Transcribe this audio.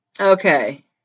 Okay